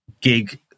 gig